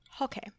Okay